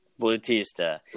Blutista